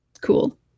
Cool